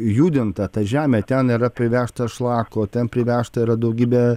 judinta ta žemė ten yra privežta šlako ten privežta yra daugybė